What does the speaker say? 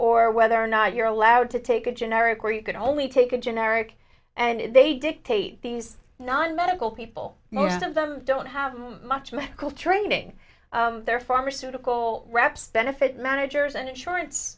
or whether or not you're allowed to take a generic where you can only take a generic and they dictate these non medical people most of them don't have much medical training their pharmaceutical reps benefit managers and insurance